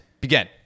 begin